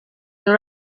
and